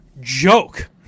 joke